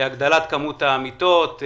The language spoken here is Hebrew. הגדלת כמות המיטות,